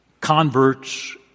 converts